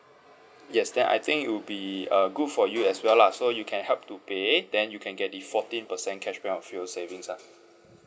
yes then I think it would be uh good for you as well lah so you can help to pay then you can get the fourteen percent cashback on fuel savings lah